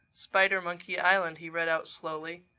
spidermonkey island, he read out slowly.